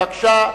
בבקשה.